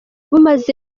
bumaze